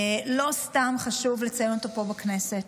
לא סתם חשוב לציין אותו פה, בכנסת,